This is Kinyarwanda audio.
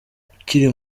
ukiri